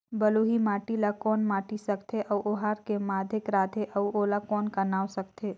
बलुही माटी ला कौन माटी सकथे अउ ओहार के माधेक राथे अउ ओला कौन का नाव सकथे?